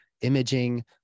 imaging